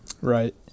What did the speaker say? Right